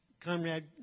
Comrade